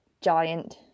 giant